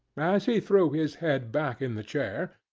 as he threw his head back in the chair,